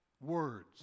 words